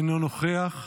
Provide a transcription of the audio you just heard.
אינו נוכח,